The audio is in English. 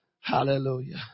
Hallelujah